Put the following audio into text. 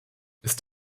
ist